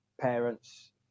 parents